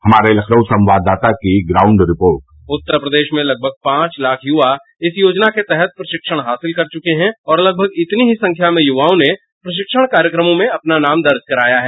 हमारे लखनऊ संवाददाता की ग्राउंड रिपोर्ट उत्तर प्रदेश में लगभग पांच लाख युवा इस योजना के तहत प्रशिक्षण हासिल कर चुके हैं और लगभग इतनी ही संख्या में युवाओं ने प्रशिक्षण कार्यक्रमों में अपना नाम दर्ज कराया है